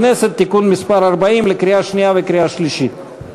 הכנסת (תיקון מס' 40) לקריאה שנייה וקריאה שלישית.